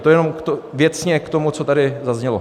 To jenom věcně k tomu, co tady zaznělo.